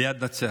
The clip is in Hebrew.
ליד נצרת.